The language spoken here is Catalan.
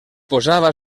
posava